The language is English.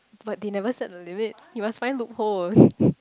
but they never set the limit you must find loopholes